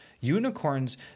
Unicorns